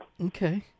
Okay